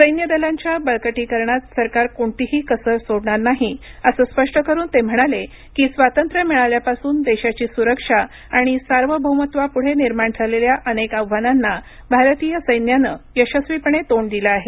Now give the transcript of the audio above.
सैन्य दलांच्या बळकटीकरणात सरकार कोणतीही कसर सोडणार नाही असं स्पष्ट करून ते म्हणाले की स्वातंत्र्य मिळाल्यापासून देशाची सुरक्षा आणि सार्वभौमत्वापुढे निर्माण झालेल्या अनेक आव्हानांना भारतीय सैन्यानं यशस्वीपणे तोंड दिलं आहे